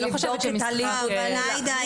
לא אני הגזמתי, הוועדה הגזימה.